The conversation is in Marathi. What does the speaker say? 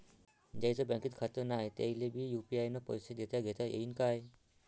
ज्याईचं बँकेत खातं नाय त्याईले बी यू.पी.आय न पैसे देताघेता येईन काय?